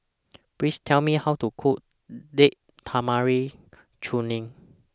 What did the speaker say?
Please Tell Me How to Cook Date Tamarind Chutney